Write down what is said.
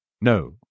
No